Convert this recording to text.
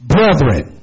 Brethren